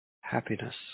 happiness